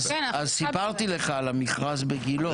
אז סיפרתי לך על המכרז בגילה.